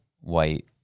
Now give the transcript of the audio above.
white